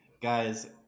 guys